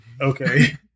Okay